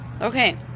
Okay